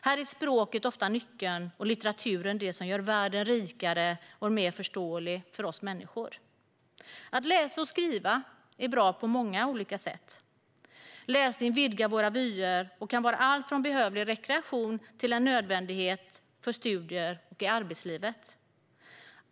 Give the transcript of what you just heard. Här är språket ofta nyckeln och litteraturen det som gör världen rikare och mer förståelig för oss människor. Att läsa och skriva är bra på många olika sätt. Läsning vidgar våra vyer och kan vara alltifrån behövlig rekreation till en nödvändighet för studier och i arbetslivet.